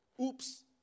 oops